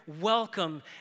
welcome